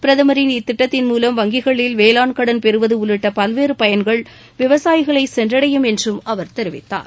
பிரதமரின் இத்திட்டத்தின் மூலம் வங்கிகளில் வேளாண் கடன் பெறுவது உள்ளிட்ட பல்வேறு பயன்கள் விவசாயிகளை சென்றடையும் என்றும் அவர் தெரிவித்தார்